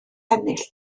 ennill